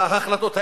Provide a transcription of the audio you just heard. ההחלטות האלה.